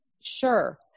Sure